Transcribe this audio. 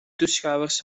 toeschouwers